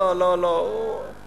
מרוב שרים לא רואים את היער.